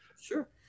Sure